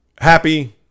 happy